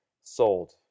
sold